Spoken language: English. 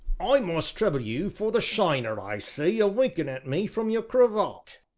i must trouble you for the shiner i see a-winking at me from your cravat,